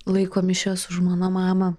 laiko mišias už mano mamą